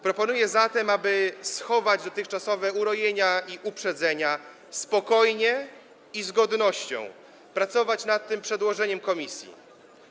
Proponuję zatem, aby schować dotychczasowe urojenia i uprzedzenia, spokojnie i z godnością pracować nad tym przedłożeniem komisji.